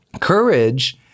Courage